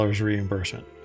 reimbursement